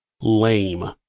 Lame